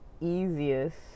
easiest